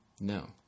No